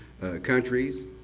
countries